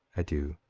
adieu.